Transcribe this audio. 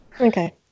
Okay